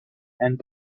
and